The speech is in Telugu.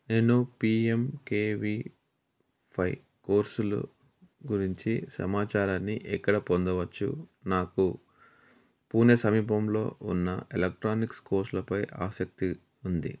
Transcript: నేను పీఎంకేవీ పై కోర్సులు గురించి సమాచారాన్ని ఎక్కడ పొందవచ్చు నాకు పూణే సమీపంలో ఉన్న ఎలక్ట్రానిక్స్ కోర్సులపై ఆసక్తి ఉంది